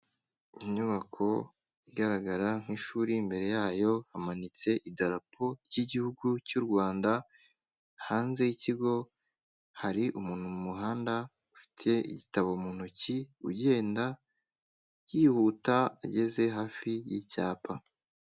Inyubako igaragara nk'ishuri mbere yayo hamanitse idarapo rigihugu cy'u Rwanda hanze y'ikigo hari umuntu mu muhanda ufite igitabo mu ntoki ugenda yihuta ageze hafi y'icyapa.